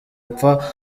upfa